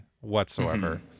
whatsoever